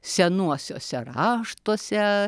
senuosiuose raštuose